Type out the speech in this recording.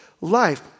life